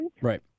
Right